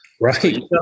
Right